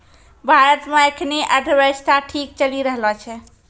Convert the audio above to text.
भारत मे एखनी अर्थव्यवस्था ठीक चली रहलो छै